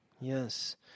yes